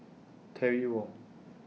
Terry Wong